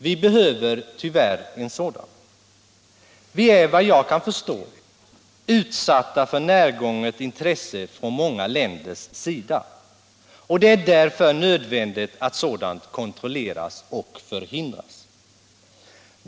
Vi behöver tyvärr en sådan. Vi är vad jag kan förstå utsatta för närgånget intresse från många länders sida, och det är därför nödvändigt att sådant kontrolleras och förhindras.